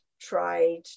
tried